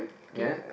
okay